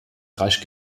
rasch